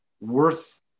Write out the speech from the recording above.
worth